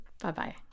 Bye-bye